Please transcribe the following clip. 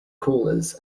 callers